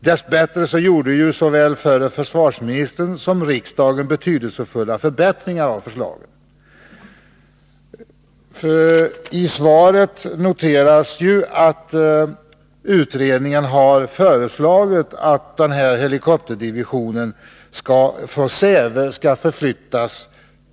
Dess bättre gjorde såväl förre försvarsministern som riksdagen betydelsefulla förbättringar av förslagen. Emellertid har U-80-utredningen nyligen lagt fram förslag beträffande SÄVE-helikoptrarnas lokalisering och underhåll, som enligt.